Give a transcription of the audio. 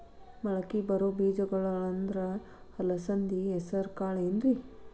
ಮಳಕಿ ಬರೋ ಬೇಜಗೊಳ್ ಅಂದ್ರ ಅಲಸಂಧಿ, ಹೆಸರ್ ಕಾಳ್ ಏನ್ರಿ?